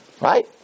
Right